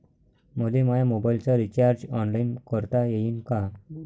मले माया मोबाईलचा रिचार्ज ऑनलाईन करता येईन का?